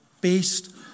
Based